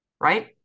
right